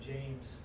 James